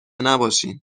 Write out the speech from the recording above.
نباشین